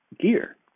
gear